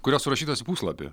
kurios surašytos į puslapį